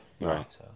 right